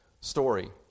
story